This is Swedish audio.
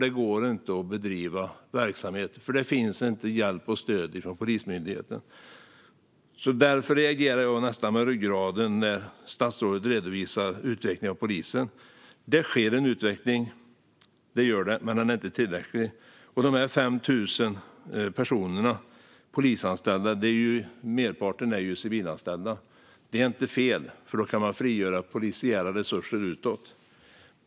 Det går inte att bedriva verksamhet, eftersom det inte finns hjälp och stöd att få från Polismyndigheten. Därför reagerar jag nästan med ryggraden när statsrådet redovisar utvecklingen hos polisen. Visst sker det en utveckling, men den är inte tillräcklig. Av de 5 000 nya polisanställda är merparten civilanställda. Det är inte fel. Då kan man frigöra polisiära resurser utåt.